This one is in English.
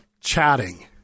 chatting